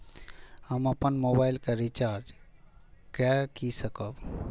हम अपन मोबाइल के रिचार्ज के कई सकाब?